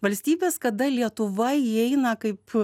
valstybės kada lietuva įeina kaip